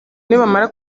nibamara